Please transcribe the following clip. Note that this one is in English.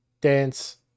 dance